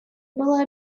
было